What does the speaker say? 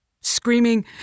Screaming